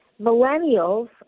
millennials